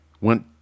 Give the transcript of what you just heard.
went